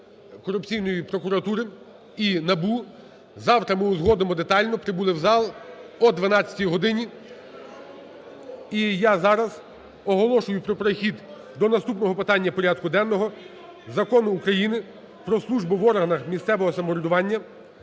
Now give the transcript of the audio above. Антикорупційної прокуратури, і НАБУ, завтра ми узгодимо детально, прибули в зал о 12 годині. І я зараз оголошую про перехід до наступного питання порядку денного – Закон України "Про службу в органах місцевого самоврядування",